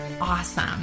awesome